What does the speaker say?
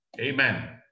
Amen